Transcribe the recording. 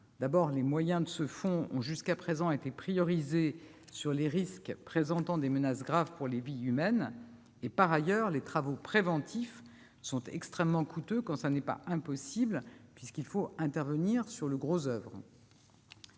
effet, les moyens de ce fonds ont jusqu'à présent été priorisés sur les risques présentant des menaces graves pour les vies humaines. Par ailleurs, les travaux préventifs sont extrêmement coûteux, voire impossibles, puisqu'il faut intervenir sur le gros oeuvre.